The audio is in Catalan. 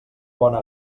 bona